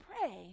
pray